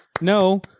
no